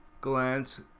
glance